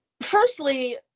Firstly